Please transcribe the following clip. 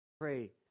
Pray